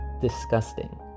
disgusting